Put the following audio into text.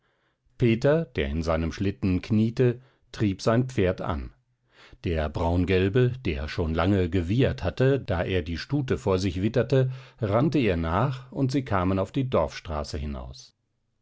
peter der in seinem schlitten kniete trieb sein pferd an der braungelbe der schon lange gewiehert hatte da er die stute vor sich witterte rannte ihr nach und sie kamen auf die dorfstraße hinaus